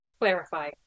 Clarify